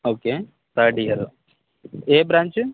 okay third year ఏ branch